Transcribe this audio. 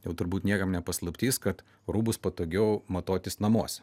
jau turbūt niekam ne paslaptis kad rūbus patogiau matuotis namuose